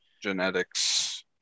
genetics